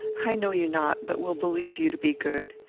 i know you not, but will believe you to be good.